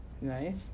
Nice